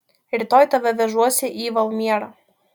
rytoj tave vežuosi į valmierą